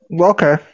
Okay